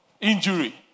injury